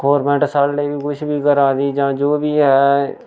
government साढ़े लेई कुछ बी करा दी जां जो बी ऐ